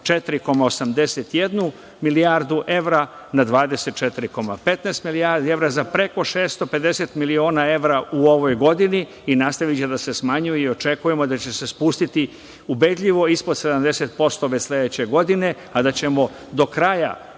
24,81 milijardu evra na 24,15 milijardi evra. Za preko 650 miliona evra u ovoj godini i nastaviće da se smanjuje i očekujemo da će se spustiti ubedljivo ispod 70% već sledeće godine, a da ćemo do kraja